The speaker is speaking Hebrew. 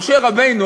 משה רבנו,